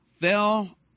fell